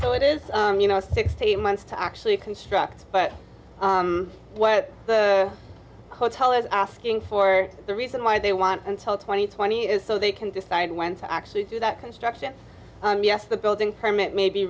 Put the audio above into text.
so it is you know six to eight months to actually construct but what hotel is asking for the reason why they want until twenty twenty is so they can decide when to actually do that construction yes the building permit may be